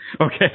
Okay